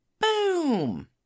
boom